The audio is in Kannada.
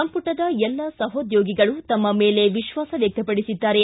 ಸಂಪುಟದ ಎಲ್ಲ ಸಹೋದ್ಯೋಗಿಗಳು ತಮ್ಮ ಮೇಲೆ ವಿಶ್ವಾಸ ವ್ಯಕ್ತಪಡಿಸಿದ್ದಾರೆ